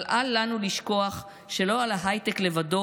אבל אל לנו לשכוח שלא על ההייטק לבדו